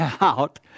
out